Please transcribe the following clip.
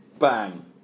Bang